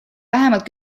vähemalt